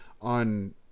on